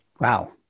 Wow